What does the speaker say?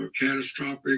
catastrophic